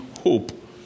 hope